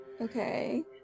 Okay